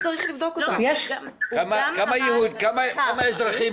כמה אזרחים